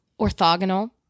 orthogonal